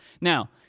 Now